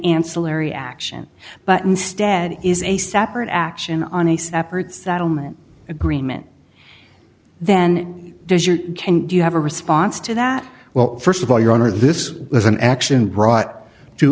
ancillary action but instead is a separate action on a separate settlement agreement then there's your ken do you have a response to that well st of all your honor this is an action brought to